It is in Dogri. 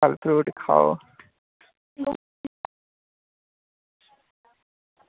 फल फ्रूट खाओ